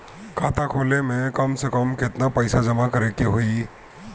खाता खोले में कम से कम केतना पइसा जमा करे के होई?